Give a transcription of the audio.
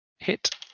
Hit